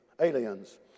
aliens